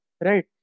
right